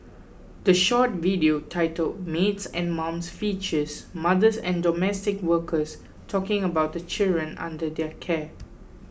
the short video titled Maids and Mums features mothers and domestic workers talking about the children under their care